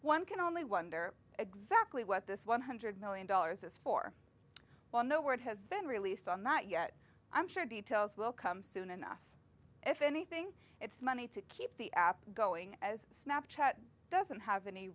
one can only wonder exactly what this one hundred million dollars is for well no word has been released on that yet i'm sure details will come soon enough if anything it's money to keep the app going as snap chat doesn't have any